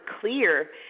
clear